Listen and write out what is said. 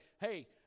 hey